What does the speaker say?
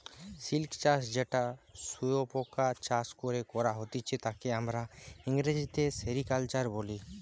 silk চাষ যেটা শুয়োপোকা চাষ করে করা হতিছে তাকে আমরা ইংরেজিতে সেরিকালচার বলি